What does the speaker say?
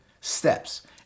steps